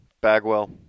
Bagwell